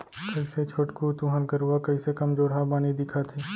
कइसे छोटकू तुँहर गरूवा कइसे कमजोरहा बानी दिखत हे